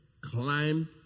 climbed